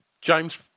James